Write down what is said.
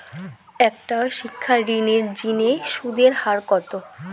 একটা শিক্ষা ঋণের জিনে সুদের হার কত?